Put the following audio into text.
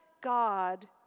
God